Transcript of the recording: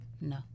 No